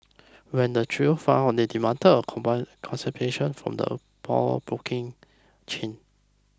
when the trio found out they demanded compensation from the pawnbroking chain